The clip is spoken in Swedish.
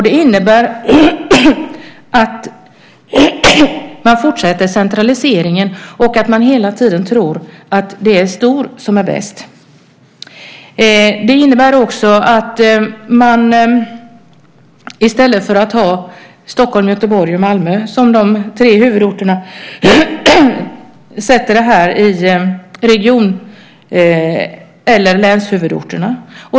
Det innebär att man fortsätter centraliseringen och att man hela tiden tror att det är stor som är bäst. Det innebär också att man i stället för att ha Stockholm, Göteborg och Malmö som de tre huvudorterna lokaliserar myndigheter till region eller länshuvudorterna.